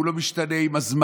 והוא לא משתנה עם הזמן,